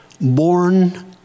born